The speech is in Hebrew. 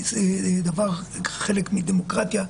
זה חלק מדמוקרטיה,